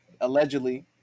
allegedly